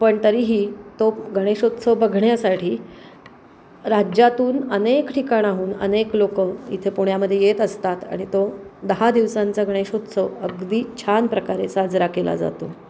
पण तरीही तो गणेशोत्सव बघण्यासाठी राज्यातून अनेक ठिकाणाहून अनेक लोकं इथे पुण्यामध्ये येत असतात आणि तो दहा दिवसांचा गणेशोत्सव अगदी छान प्रकारे साजरा केला जातो